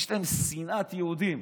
יש להם שנאת יהודים.